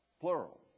plural